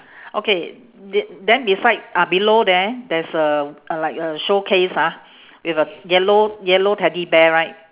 okay th~ then beside ah below there there's a a like a showcase ah with a yellow yellow teddy bear right